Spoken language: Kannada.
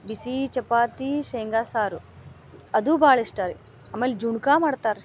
ಬಿಸಿ ಚಪಾತಿ ಶೇಂಗಾ ಸಾರು ಅದು ಭಾಳ ಇಷ್ಟ ರೀ ಆಮೇಲೆ ಜುಣ್ಕಾ ಮಾಡ್ತಾರೆ ರೀ